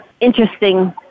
interesting